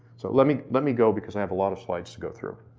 so, let me let me go because i have a lot of slides to go through.